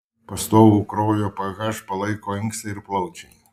pastovų kraujo ph palaiko inkstai ir plaučiai